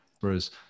Whereas